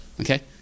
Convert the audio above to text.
Okay